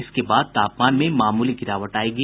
इसके बाद तापमान में मामूली गिरावट आयेगी